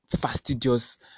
fastidious